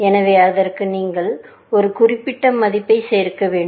எனவே அதற்கு நீங்கள் ஒரு குறிப்பிட்ட மதிப்பைச் சேர்க்க வேண்டும்